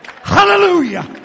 hallelujah